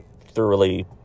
thoroughly